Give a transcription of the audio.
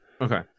okay